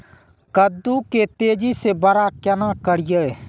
कद्दू के तेजी से बड़ा केना करिए?